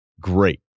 great